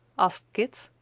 asked kit.